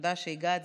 תודה שהגעת,